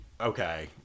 okay